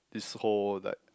this whole like